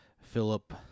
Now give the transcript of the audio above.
Philip